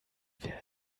wer